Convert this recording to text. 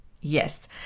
Yes